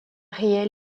réel